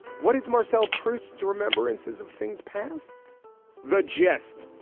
what is marcel proust to remembrances of things past the gist?